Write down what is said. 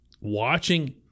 watching